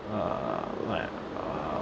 uh like uh